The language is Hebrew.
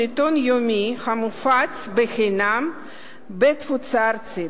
עיתון יומי המופץ בחינם בתפוצה ארצית.